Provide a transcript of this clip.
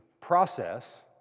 process